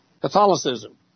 Catholicism